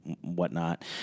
whatnot